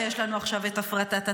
ויש לנו עכשיו את הפרטת התאגיד,